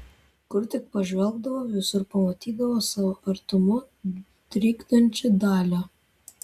kur tik pažvelgdavo visur pamatydavo savo artumu trikdančią dalią